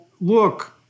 look